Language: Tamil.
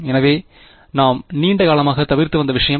எனவே நாம் நீண்ட காலமாக தவிர்த்து வந்த விஷயம் என்ன